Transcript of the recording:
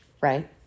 right